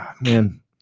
Man